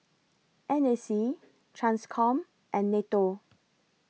N A C TRANSCOM and NATO